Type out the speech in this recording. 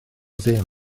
ddim